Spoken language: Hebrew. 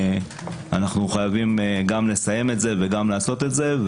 ואנחנו חייבים גם לסיים את זה וגם לעשות את זה.